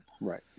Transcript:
Right